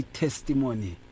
testimony